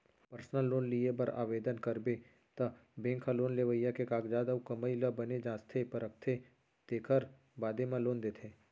personal loan लिये बर ओवदन करबे त बेंक ह लोन लेवइया के कागजात अउ कमाई ल बने जांचथे परखथे तेकर बादे म लोन देथे